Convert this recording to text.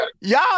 Y'all